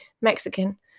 Mexican